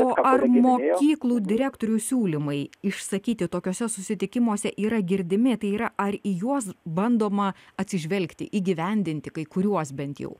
o ar mokyklų direktorių siūlymai išsakyti tokiuose susitikimuose yra girdimi tai yra ar į juos bandoma atsižvelgti įgyvendinti kai kuriuos bent jau